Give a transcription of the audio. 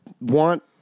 want